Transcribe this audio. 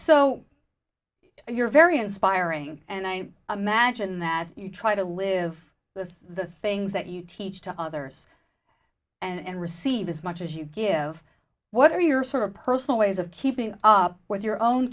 so you're very inspiring and i imagine that you try to live with the things that you teach to others and receive as much as you give what are your sort of personal ways of keeping up with your own